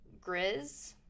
Grizz